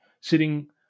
sitting